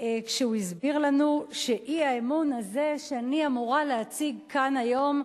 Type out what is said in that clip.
כשהוא הסביר לנו שהאי-אמון הזה שאני אמורה להציג כאן היום,